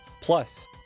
plus